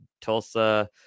Tulsa